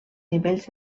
nivells